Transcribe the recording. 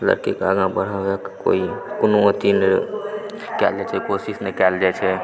लड़की कऽ आगाँ बढ़ेलक कोइ कोनो अथी नहि कएल जाय छै कोशिश नहि कएल जाय छै